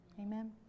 Amen